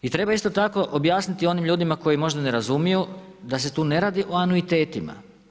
I treba isto tako objasniti onim ljudima koji moždane razumiju da se tu ne radi o anuitetima.